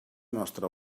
nostra